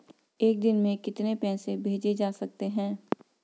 एक दिन में कितने पैसे भेजे जा सकते हैं?